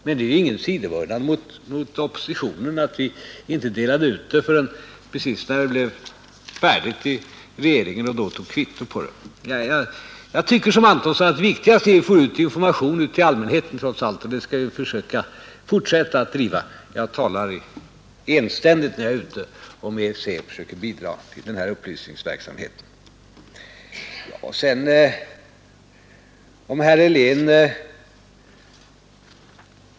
Men det är ingen sidovördnad mot oppositionen att vi inte delade ut papperet förrän det blev färdigt i regeringen och då tog kvitto på det. Jag tycker som herr Antonsson, att viktigast trots allt är att få ut information till allmänheten, och det skall vi fortsätta med. Jag talar ständigt om EEC när jag är ute och försöker på det sättet bidra till denna upplysningsverksamhet.